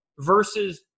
versus